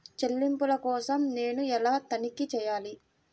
చెల్లింపుల కోసం నేను ఎలా తనిఖీ చేయాలి?